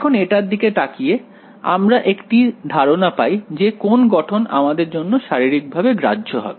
এখন এটার দিকে তাকিয়ে আমরা একটি ধারণা পাই যে কোন গঠন আমাদের জন্য শারীরিকভাবে গ্রাহ্য হবে